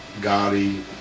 gaudy